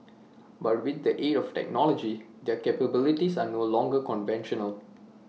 but with the aid of technology their capabilities are no longer conventional